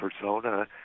persona